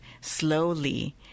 slowly